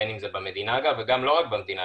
בין אם זה במדינה, וגם לא רק במדינה.